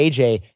AJ